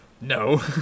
No